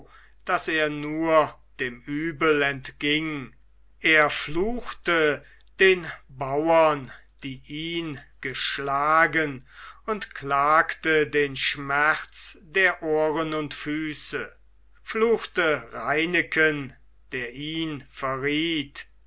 daß er nur dem übel entging er fluchte den bauern die ihn geschlagen und klagte den schmerz der ohren und füße fluchte reineken der ihn verriet